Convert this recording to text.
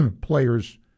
players